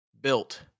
built